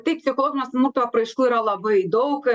taip psichologinio smurto apraiškų yra labai daug